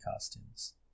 costumes